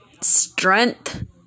strength